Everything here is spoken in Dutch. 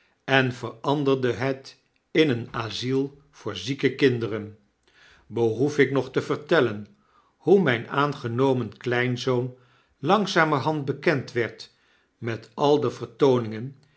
en veranderde het in een asyl voor zieke kinderen behoef ik nog te vertellen hoe mijn aangenomen kleinzoon langzamerhand bekend werd met al de vertooningen